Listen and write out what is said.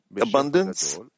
abundance